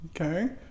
Okay